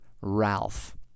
Ralph